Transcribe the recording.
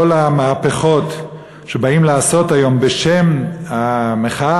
כל המהפכות שבאים לעשות היום בשם המחאה